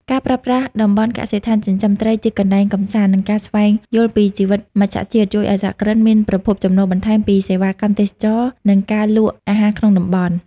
ការប្រើប្រាស់តំបន់កសិដ្ឋានចិញ្ចឹមត្រីជាកន្លែងកម្សាន្ត និងការស្វែងយល់ពីជីវិតមច្ឆជាតិ ជួយឱ្យសហគ្រិនមានប្រភពចំណូលបន្ថែមពីសេវាកម្មទេសចរណ៍ និងការលក់អាហារក្នុងតំបន់។